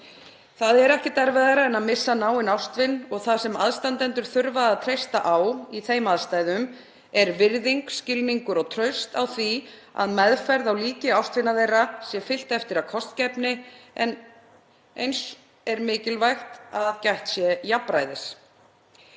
Það er ekkert erfiðara en að missa náin ástvin og það sem aðstandendur þurfa að treysta á í þeim aðstæðum er virðing, skilningur og traust á því að meðferð á líki ástvina þeirra sé fylgt eftir af kostgæfni en eins er mikilvægt að gætt sé jafnræðis.